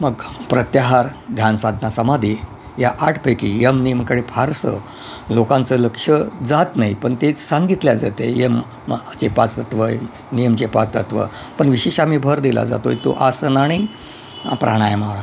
मग प्रत्याहार ध्यान साधना समाधी या आठपैकी यम नियमकडे फारसं लोकांचं लक्ष जात नाही पण ते सांगितल्या जाते यमाचे पाच तत्व आहे नियमचे पाच तत्व पण विशेष आम्ही भर दिला जातो आहे तो आसन आणि प्राणायामावर